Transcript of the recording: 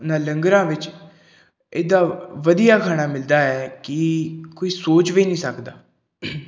ਇਨ੍ਹਾਂ ਲੰਗਰਾਂ ਵਿੱਚ ਇੱਡਾ ਵਧੀਆ ਖਾਣਾ ਮਿਲਦਾ ਹੈ ਕਿ ਕੋਈ ਸੋਚ ਵੀ ਨਹੀਂ ਸਕਦਾ